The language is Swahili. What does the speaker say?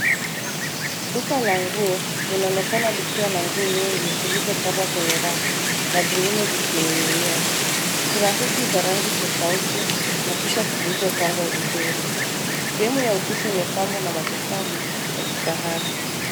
Duka la langu linaonekana likiwa na nguo nyingi zilizopangwa kwenye rafu na zingine zikinng'inia. Kuna hoodie za rangi tofauti na T-shirt zilizopangwa vizuri. Sehemu ya ukuta imepambwa na matofali ya kifahari.